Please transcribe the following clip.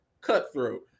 cutthroat